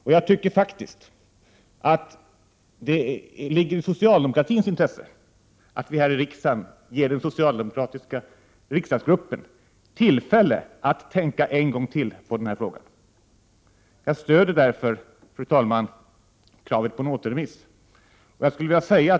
Det ligger faktiskt i socialdemokratins intresse att vi här i riksdagen ger den socialdemokratiska gruppen tillfälle att tänka en gång till på denna fråga. Jag stöder därför, fru talman, kravet på en återremiss.